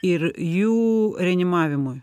ir jų reanimavimui